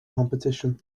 competition